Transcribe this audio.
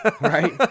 Right